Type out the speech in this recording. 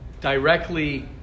directly